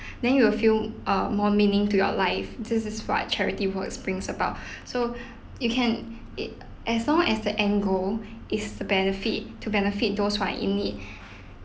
then you will feel uh more meaning to your life this is what charity work brings about so you can it as long as the end goal is the benefit to benefit those who are in need